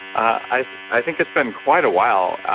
i i think it's been quite a while.